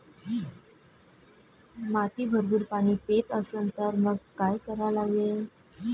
माती भरपूर पाणी पेत असन तर मंग काय करा लागन?